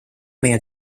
meie